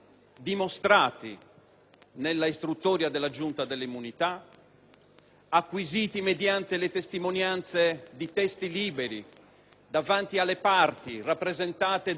acquisiti mediante le testimonianze di testi liberi, davanti alle parti rappresentate dai loro assistenti legali, con l'assistenza tecnica